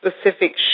specific